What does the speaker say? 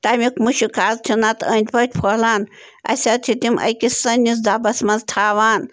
تَمیُک مٕشُک حظ چھِ نَتہٕ أنٛدۍ پٔتۍ پھٔہلان اَسہِ حظ چھِ تِم أکِس سٔنِس دۄبَس منٛز تھاوان